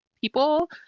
people